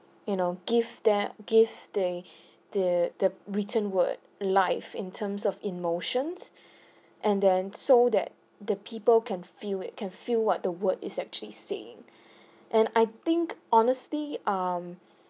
you know give them give they the the written word live in terms of emotions and then so that the people can feel it can feel what the word is actually saying and I think honesty um